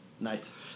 Nice